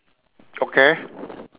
okay